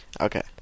Okay